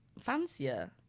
fancier